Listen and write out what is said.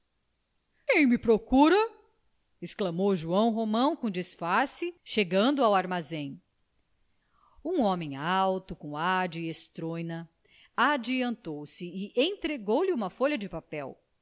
quem me procura exclamou joão romão com disfarce chegando ao armazém um homem alto com ar de estróina adiantou-se e entregou-lhe uma folha de papel